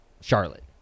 Charlotte